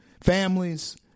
families